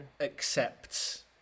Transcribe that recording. accepts